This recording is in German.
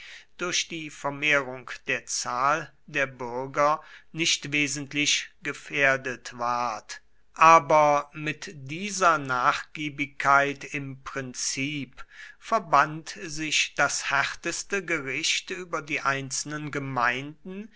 durch die vermehrung der zahl der bürger nicht wesentlich gefährdet ward aber mit dieser nachgiebigkeit im prinzip verband sich das härteste gericht über die einzelnen gemeinden